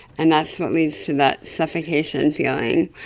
and that's what leads to that suffocation feeling.